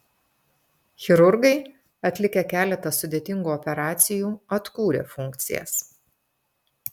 chirurgai atlikę keletą sudėtingų operacijų atkūrė funkcijas